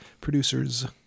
producers